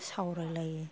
सावरायलायो